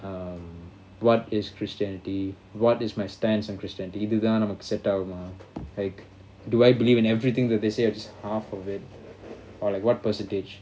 um what is christianity what is my stancein christianity இதுதான்நமக்குசெட்ஆகுமா:ithuthan namakku set aakuma like do I believe in everything that they say or just half of it or like what percentage